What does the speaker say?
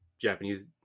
japanese